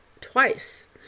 twice